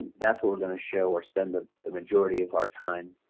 that's what we're going to show or spend the the majority of our time,